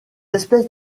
espèces